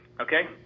okay